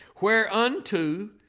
Whereunto